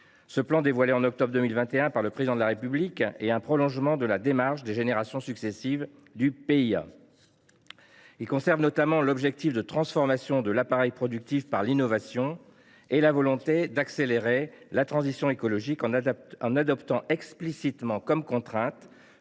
2030. Dévoilé en octobre 2021 par le Président de la République, ce plan prolonge les générations successives du PIA. Il conserve notamment l’objectif de transformation de l’appareil productif par l’innovation et la volonté d’accélérer la transition écologique, en adoptant explicitement comme contrainte